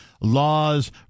laws